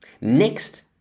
Next